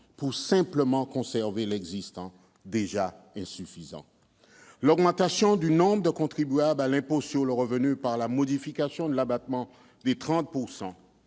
pour, simplement, conserver l'existant, déjà insuffisant ... L'augmentation du nombre de contribuables à l'impôt sur le revenu par la modification de l'abattement de 30